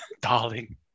darling